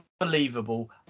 unbelievable